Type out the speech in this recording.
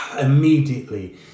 immediately